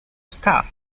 staff